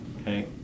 okay